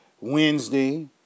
Wednesday